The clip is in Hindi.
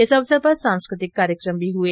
इस अवसर पर सांस्कृतिक कार्यक्रम भी हुए